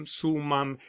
sumam